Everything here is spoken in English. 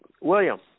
William